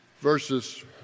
verses